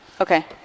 Okay